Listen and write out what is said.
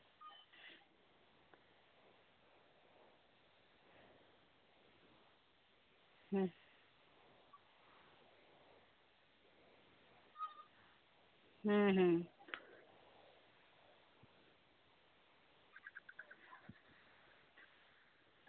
ᱦᱩᱸ ᱦᱩᱸ ᱦᱩᱸ